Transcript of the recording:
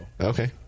Okay